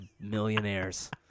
millionaires